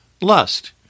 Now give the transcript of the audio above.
lust